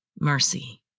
mercy